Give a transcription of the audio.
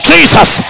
Jesus